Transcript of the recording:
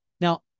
Now